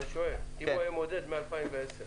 אם הוא היה מודד מ-2010,